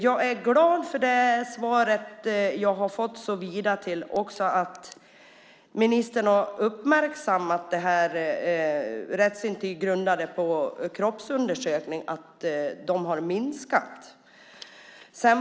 Jag är glad för det svar jag har fått såtillvida att ministern har uppmärksammat att rättsintyg grundade på kroppsundersökning har minskat.